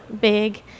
big